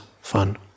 fun